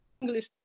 English